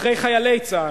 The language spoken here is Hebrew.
אחרי חיילי צה"ל.